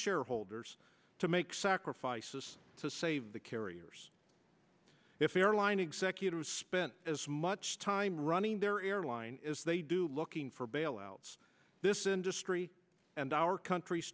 shareholders to make sacrifices to save the carriers if airline executives spent as much time running their airline is they do looking for bailouts this industry and our country's